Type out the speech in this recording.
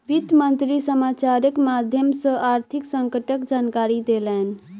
वित्त मंत्री समाचारक माध्यम सॅ आर्थिक संकटक जानकारी देलैन